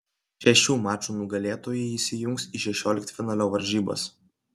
šešių mačų nugalėtojai įsijungs į šešioliktfinalio varžybas